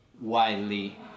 widely